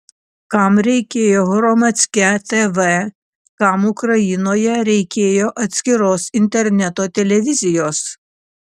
kam reikėjo hromadske tv kam ukrainoje reikėjo atskiros interneto televizijos